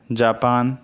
Japan